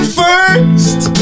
first